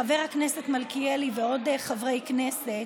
חבר הכנסת מלכיאלי ועוד חברי כנסת,